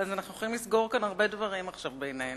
אז אנחנו יכולים לסגור כאן הרבה דברים עכשיו בינינו.